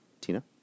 Tina